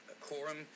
Quorum